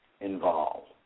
involved